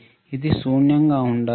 ఇది శూన్యంగా ఉండాలి